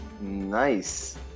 Nice